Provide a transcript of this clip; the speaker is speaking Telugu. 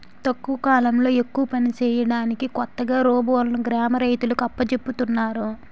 తక్కువ కాలంలో ఎక్కువ పని చేయడానికి కొత్తగా రోబోలును గ్రామ రైతులకు అప్పజెపుతున్నారు